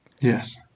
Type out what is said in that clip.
Yes